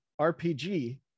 RPG